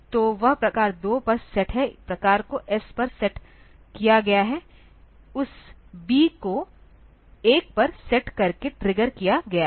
तो वह प्रकार 2 पर सेट है प्रकार को s पर सेट किया गया है उस बी को 1 पर सेट करके ट्रिगर किया गया है